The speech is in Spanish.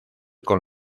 con